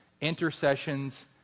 intercessions